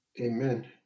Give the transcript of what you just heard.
Amen